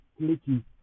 Clicky